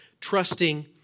trusting